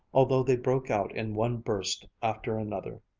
although they broke out in one burst after another.